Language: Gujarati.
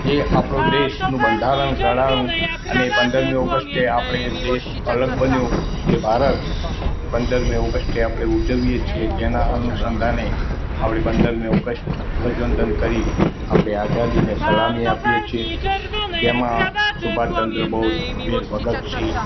જે આપણો દેશનું બંધારણ ઘડાયું અને એ પંદરમી ઓગસ્ટે આપણે દેશ અલગ બન્યો જે ભારત પંદરમી ઓગસ્ટે આપણે ઉજવીએ છીએ જેના અનુસંધાને આપણી પંદરમી ઓગસ્ટ ધ્વજવંદન કરી આપણી આઝાદીને સલામી આપીએ છીએ જેમાં સુભાષચંદ્ર બોઝ વીર ભગતસિંહ